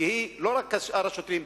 כי היא לא כשאר השוטרים,